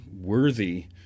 worthy